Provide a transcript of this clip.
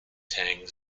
tang